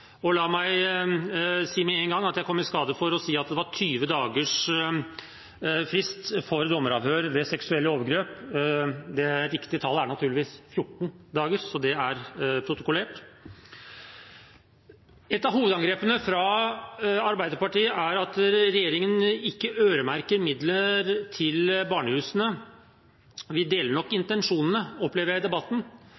og la meg si med en gang at jeg kom i skade for å si at det var 20 dagers frist for dommeravhør ved seksuelle overgrep. Det riktige tallet er naturligvis 14 dager – så da er det protokollert. Et av hovedangrepene fra Arbeiderpartiet er at regjeringen ikke øremerker midler til barnehusene. Vi deler nok